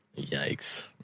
Yikes